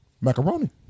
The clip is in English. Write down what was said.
Macaroni